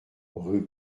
rue